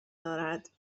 دارد